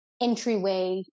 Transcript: entryway